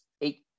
eight